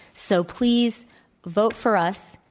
so, please vote for us.